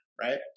right